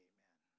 Amen